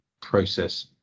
process